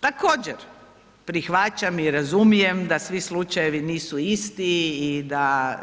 Također prihvaćam i razumijem da svi slučajevi nisu isti i da